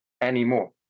anymore